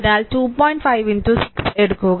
5 6 എടുക്കുക